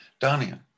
Dania